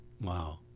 Wow